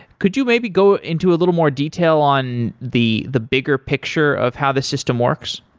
could you maybe go into a little more detail on the the bigger picture of how the system works?